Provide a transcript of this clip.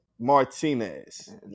Martinez